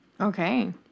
Okay